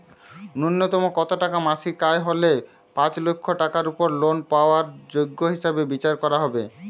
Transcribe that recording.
ন্যুনতম কত টাকা মাসিক আয় হলে পাঁচ লক্ষ টাকার উপর লোন পাওয়ার যোগ্য হিসেবে বিচার করা হবে?